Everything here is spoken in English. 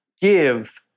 give